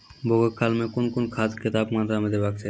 बौगक काल मे कून कून खाद केतबा मात्राम देबाक चाही?